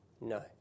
No